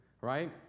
right